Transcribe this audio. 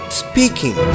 speaking